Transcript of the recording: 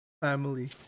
family